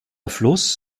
fluss